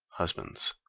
husbands.